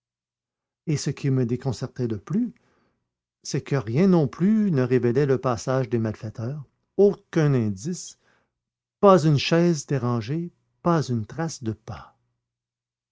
et ce qui me déconcertait le plus c'est que rien non plus ne révélait le passage des malfaiteurs aucun indice pas une chaise dérangée pas une trace de pas